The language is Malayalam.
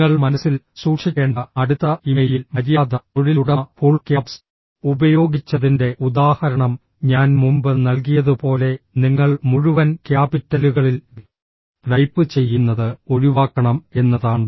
നിങ്ങൾ മനസ്സിൽ സൂക്ഷിക്കേണ്ട അടുത്ത ഇമെയിൽ മര്യാദ തൊഴിലുടമ ഫുൾ ക്യാപ്സ് ഉപയോഗിച്ചതിന്റെ ഉദാഹരണം ഞാൻ മുമ്പ് നൽകിയതുപോലെ നിങ്ങൾ മുഴുവൻ ക്യാപിറ്റലുകളിൽ ടൈപ്പ് ചെയ്യുന്നത് ഒഴിവാക്കണം എന്നതാണ്